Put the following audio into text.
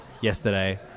yesterday